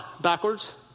backwards